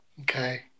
Okay